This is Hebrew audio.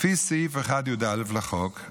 לפי סעיף 1יא לחוק,